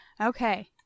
Okay